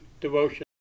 devotion